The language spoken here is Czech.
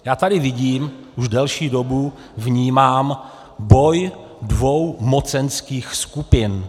Já tady vidím, už delší dobu vnímám boj dvou mocenských skupin.